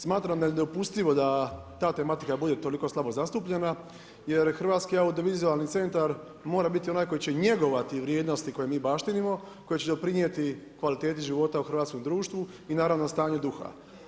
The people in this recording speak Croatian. Smatram nedopustivo da ta tematika bude toliko slabo zastupljena jer Hrvatski audiovizualni centar mora biti onaj koji će njegovati vrijednosti koje mi baštinimo, koje će doprinijeti kvaliteti života u hrvatskom društvu i naravno stanju duha.